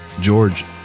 George